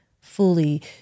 fully